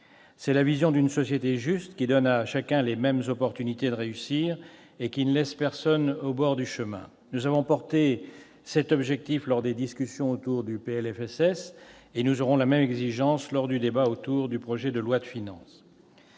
est celle d'une société juste, qui donne à chacun les mêmes opportunités de réussir et ne laisse personne au bord du chemin. Nous avons porté cet objectif lors des discussions sur le PLFSS, et nous aurons la même exigence pendant la discussion du projet de loi de finances.